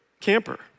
camper